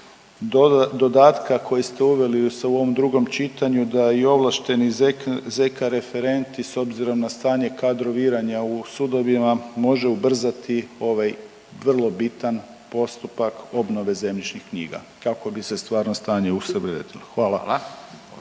dodatka koji ste uveli se u ovom drugom čitanju da i ovlašteni zk referenti s obzirom na stanje kadroviranja u sudovima može ubrzati ovaj vrlo bitan postupak obnove zemljišnih knjiga kako bi se stvarno stanje …/Govornik se